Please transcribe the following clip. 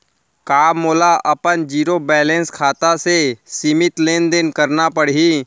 का मोला अपन जीरो बैलेंस खाता से सीमित लेनदेन करना पड़हि?